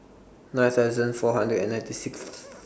nine thousand four hundred and ninety Sixth